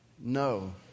No